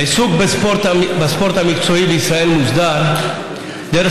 העיסוק בספורט המקצועי בישראל מוסדר דרך